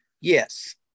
Yes